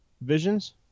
visions